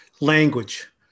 language